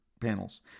panels